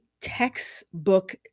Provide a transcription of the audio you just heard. textbook